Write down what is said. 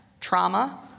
trauma